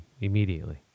immediately